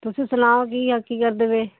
ਤੁਸੀ ਸਣਾਓ ਕੀ ਆ ਕੀ ਕਰਦੇ ਪਏ